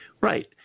Right